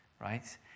right